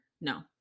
No